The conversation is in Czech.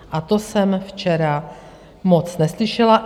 A to jsem včera moc neslyšela.